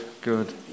good